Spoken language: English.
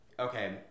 Okay